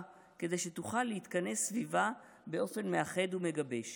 כדי שתוכל להתכנס סביבה באופן מאחד ומגבש.